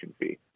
fee